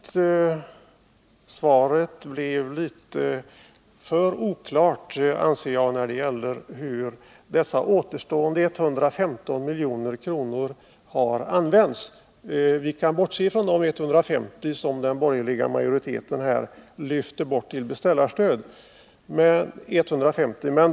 Herr talman! Svaret blev litet för oklart när det gäller hur dessa återstående 115 milj.kr. har använts — vi kan bortse från de 150 milj.kr. som den borgerliga majoriteten lyfte bort i beställarstöd.